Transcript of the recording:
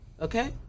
okay